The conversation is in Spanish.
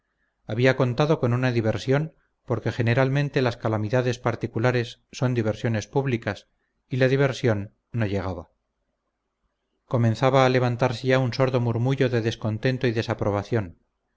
había contado con una diversión porque generalmente las calamidades particulares son diversiones públicas y la diversión no llegaba comenzaba a levantarse ya un sordo murmullo de descontento y desaprobación